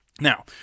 Now